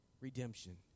redemption